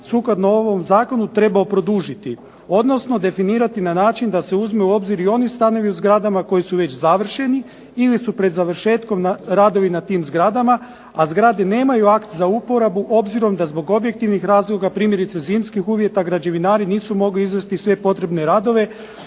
sukladno ovom zakonu trebao produžiti, odnosno definirati na način da se uzmu u obzir i oni stanovi u zgradama koji su već završeni ili su pred završetkom radovi na tim zgradama, a zgrade nemaju akt za uporabu obzirom da zbog objektivnih razloga primjerice zimskih uvjeta građevinari nisu mogli izvesti sve potrebne radove